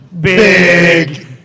big